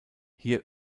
hier